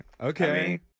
okay